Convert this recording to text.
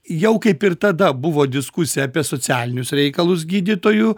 jau kaip ir tada buvo diskusija apie socialinius reikalus gydytojų